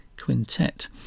Quintet